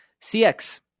CX